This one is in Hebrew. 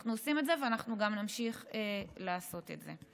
אנחנו עושים את זה ואנחנו גם נמשיך לעשות את זה.